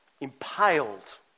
impaled